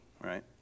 right